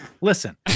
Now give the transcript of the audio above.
Listen